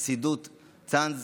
חסידות צאנז